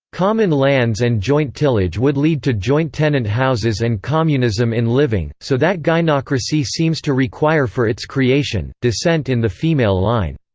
common lands and joint tillage would lead to joint-tenant houses and communism in living so that gyneocracy seems to require for its creation, descent in the female line.